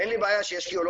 אין לי בעיה שישקיעו,